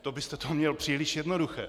To byste to měl příliš jednoduché.